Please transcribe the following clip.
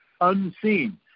unseen